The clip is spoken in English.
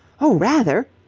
oh, rather!